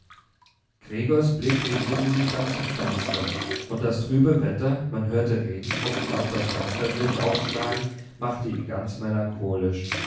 gregors blick richtete sich dann zum fenster und das trübe wetter man hörte regentropfen auf das fensterblech aufschlagen machte ihn ganz melancholisch